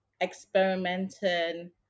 experimenting